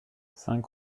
cinq